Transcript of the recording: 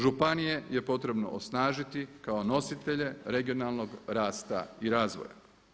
Županije je potrebno osnažiti kao nositelje regionalnog rasta i razvoja.